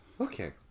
Okay